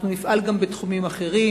אנחנו נפעל גם בתחומים אחרים.